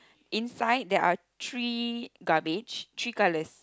inside there are three garbage three colors